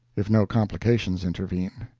if no complications intervene.